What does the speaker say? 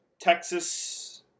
Texas